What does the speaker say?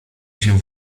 się